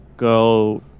go